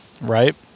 right